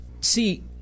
See